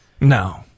no